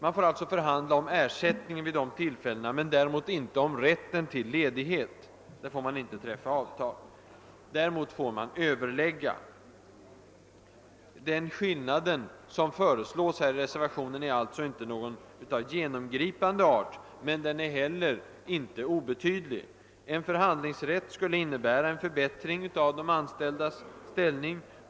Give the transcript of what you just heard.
Man får alltså förhandla om ersättningen vid dessa tlilfällen, men man får inte träffa avtal om rätten till ledighet. Däremot får man öÖöverlägga. servanternas förslag är alltså inte av genomgripande art, men den är inte heller obetydlig. En förhandlingsrätt skulle innebära en förbättring av de anställdas ställning.